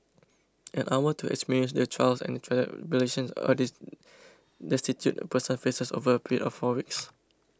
an hour to experience the trials and tribulations a destitute person faces over a period of four weeks